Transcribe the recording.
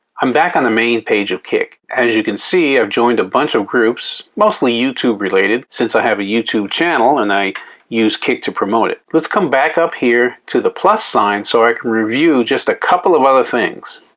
i'm back on the main page of kik. as you can see, i've joined a bunch of groups, mostly youtube related since i have a youtube channel and i use kik to promote it. let's come back up here to the plus sign so i can review just a couple of other things.